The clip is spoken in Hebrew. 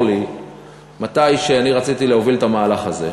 לי כשאני רציתי להוביל את המהלך הזה,